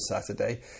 Saturday